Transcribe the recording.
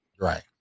Right